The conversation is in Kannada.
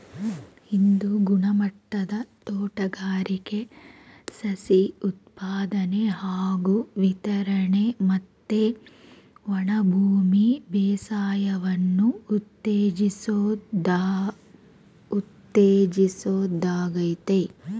ಇದು ಗುಣಮಟ್ಟದ ತೋಟಗಾರಿಕೆ ಸಸಿ ಉತ್ಪಾದನೆ ಹಾಗೂ ವಿತರಣೆ ಮತ್ತೆ ಒಣಭೂಮಿ ಬೇಸಾಯವನ್ನು ಉತ್ತೇಜಿಸೋದಾಗಯ್ತೆ